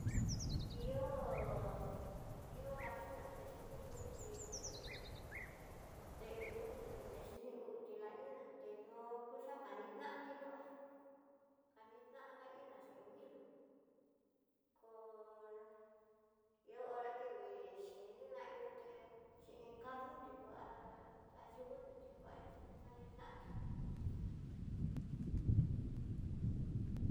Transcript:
Ihó ná iná kuxhitó xhini hú ti nguilú té ihó nguilú yó ta xhiniutí, la iná tiño'o uxa, kaninanti yó kanilan lá iná xhin nguilo hú ihó hora ki kui xhin iná yuté xhin iin karruté, tu há dayunó tekuan tukantanti.